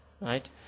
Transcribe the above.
right